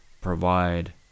provide